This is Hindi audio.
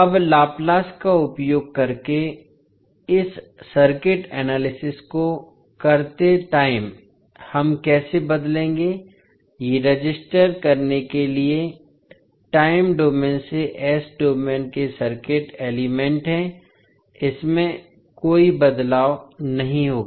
अब लाप्लास का उपयोग करके इस सर्किट एनालिसिस को करते टाइम हम कैसे बदलेंगे ये रजिस्टर करने के लिए टाइम डोमेन से s डोमेन के सर्किट एलिमेंट हैं इसमें कोई बदलाव नहीं होगा